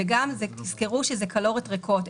וגם תזכרו שזה קלוריות ריקות,